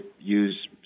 use